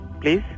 Please